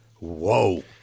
whoa